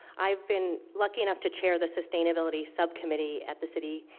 i've been lucky enough to chair the sustainability subcommittee at the city.